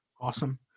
Awesome